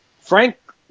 Frank